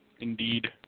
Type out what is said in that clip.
Indeed